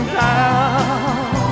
down